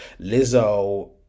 Lizzo